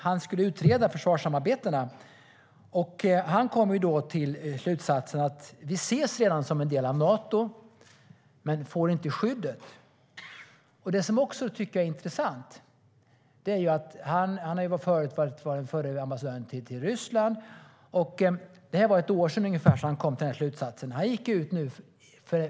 Han skulle utreda försvarssamarbetena och kom då till slutsatsen att vi redan ses som en del av Nato, men vi får inte skyddet. Det som jag tycker är intressant är att han ju förut har varit ambassadör till Ryssland, och det var ungefär ett år sedan han kom till den här slutsatsen.